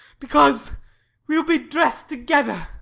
because we ll be dress'd together.